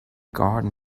garden